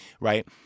Right